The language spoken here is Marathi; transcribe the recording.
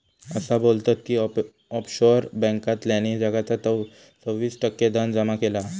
असा बोलतत की ऑफशोअर बॅन्कांतल्यानी जगाचा सव्वीस टक्के धन जमा केला हा